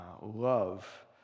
love